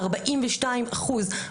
42 אחוז,